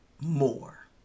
more